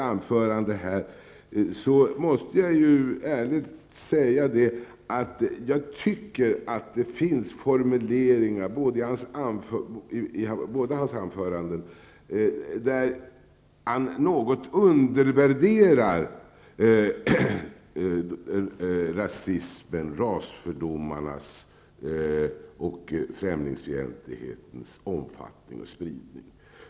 Jag måste ärligt säga att jag tycker att det i statsministerns båda anföranden finns formuleringar, där han något undervärderar rasismens, rasfördomarnas och främlingsfientlighetens omfattning och spridning.